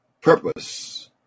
purpose